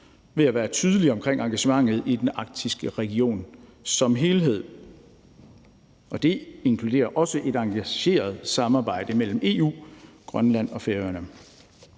ved at være tydelige omkring engagementet i den arktiske region som helhed. Det inkluderer også et engageret samarbejde mellem EU, Grønland og Færøerne.